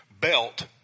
belt